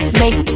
make